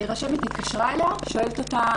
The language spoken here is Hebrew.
הרשמת התקשרה אליה ושאלה אותה: